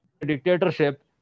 dictatorship